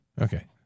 Okay